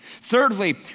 Thirdly